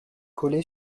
collées